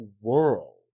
world